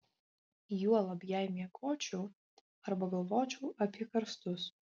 juolab jei miegočiau arba galvočiau apie karstus